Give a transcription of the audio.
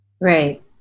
Right